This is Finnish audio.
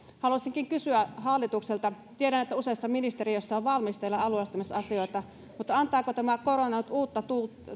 haluaisinkin kysyä hallitukselta tiedän että useassa ministeriössä on valmisteilla alueellistamisasioita mutta antaako tämä korona nyt uutta